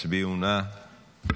הצביעו נא.